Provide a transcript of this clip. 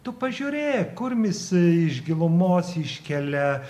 tu pažiūrėk kurmis iš gilumos iškelia